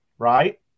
right